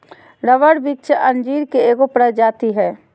rubber वृक्ष अंजीर के एगो प्रजाति हइ